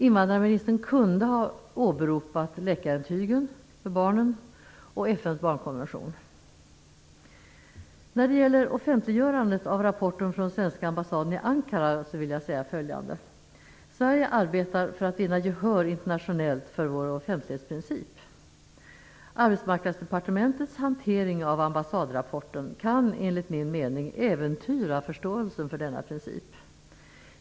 Invandrarministern hade kunnat åberopa läkarintygen för barnen och FN:s barnkonvention. När det gäller offentliggörandet av rapporten från den svenska ambassaden i Ankara vill jag säga följande: Sverige arbetar för att vinna internationellt gehör för vår offentlighetsprincip. Arbetsmarknadsdepartementets hantering av ambassadrapporten kan enligt min mening äventyra förståelsen för denna princip.